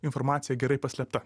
informacija gerai paslėpta